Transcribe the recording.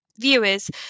viewers